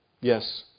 Yes